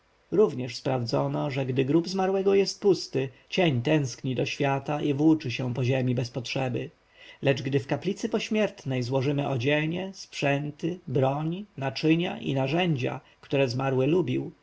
sprawdzono że gdy grób zmarłego jest pusty cień tęskni za światem i włóczy się po ziemi bez potrzeby lecz gdy w kaplicy pośmiertnej złożymy odzienie sprzęty broń naczynia i narzędzia które zmarły lubił